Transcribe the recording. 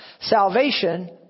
Salvation